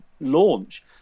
launch